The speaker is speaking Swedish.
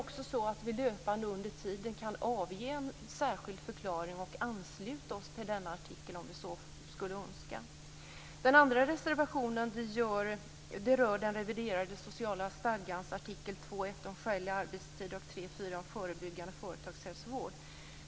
Vi kan löpande avge en förklaring och ansluta oss till denna artikel om vi så skulle önska.